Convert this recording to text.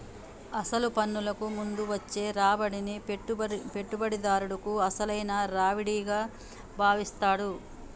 అసలు పన్నులకు ముందు వచ్చే రాబడిని పెట్టుబడిదారుడు అసలైన రావిడిగా భావిస్తాడు